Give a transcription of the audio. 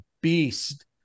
beast